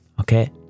Okay